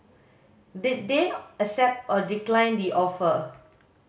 did they accept or decline the offer